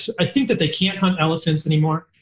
i think that they can't hunt elephants anymore.